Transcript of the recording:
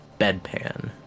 bedpan